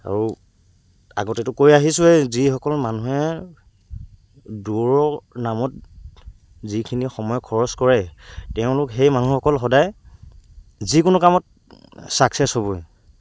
আৰু আগতেতো কৈ আহিছোঁৱে যিসকল মানুহে দৌৰৰ নামত যিখিনি সময় খৰচ কৰে তেওঁলোক সেই মানুহসকল সদায় যিকোনো কামত ছাক্সেছ হ'বই